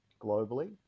globally